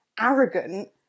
arrogant